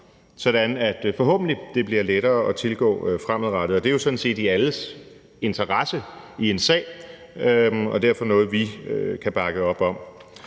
sådan at det forhåbentlig bliver lettere at tilgå fremadrettet. Og det er jo sådan set i alles interesse i en sag og derfor noget, vi kan bakke op om.